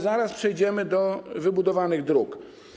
Zaraz przejdziemy do wybudowanych dróg.